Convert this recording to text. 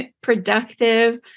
productive